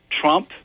Trump